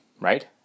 right